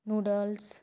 noodles